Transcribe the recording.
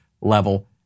level